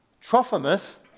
Trophimus